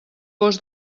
gos